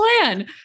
plan